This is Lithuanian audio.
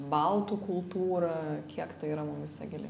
baltų kultūrą kiek tai yra mumyse giliai